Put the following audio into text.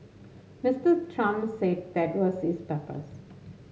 Mister Trump said that was his purpose